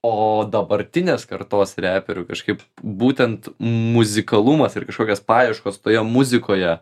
o dabartinės kartos reperių kažkaip būtent muzikalumas ir kažkokios paieškos toje muzikoje